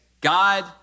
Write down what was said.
God